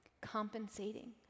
Compensating